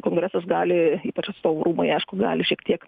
kongresas gali ypač atstovų rūmai aišku gali šiek tiek